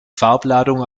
farbladung